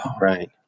right